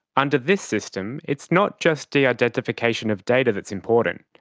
under this system, it's not just de-identification of data that's important,